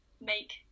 make